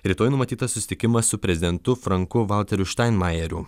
rytoj numatytas susitikimas su prezidentu franku valteriu štainmajeriu